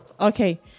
Okay